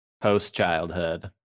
post-childhood